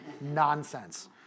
nonsense